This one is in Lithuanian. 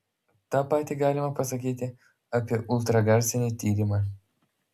tą patį galima pasakyti apie ultragarsinį tyrimą